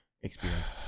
experience